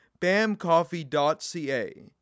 BAMCoffee.ca